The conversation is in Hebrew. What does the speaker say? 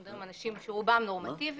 רוב האנשים הם נורמטיביים